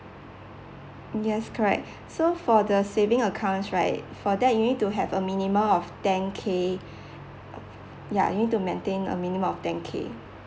yes correct so for the saving accounts right for that you need to have a minimum of ten K ya you need to maintain a minimum of ten K